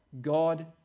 God